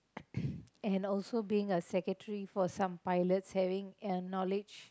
and also being a secretary for some pilots having uh knowledge